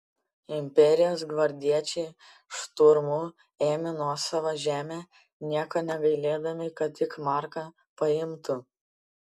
imperijos gvardiečiai šturmu ėmė nuosavą žemę nieko negailėdami kad tik marką paimtų